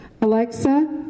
Alexa